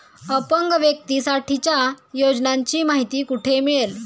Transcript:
अपंग व्यक्तीसाठीच्या योजनांची माहिती कुठे मिळेल?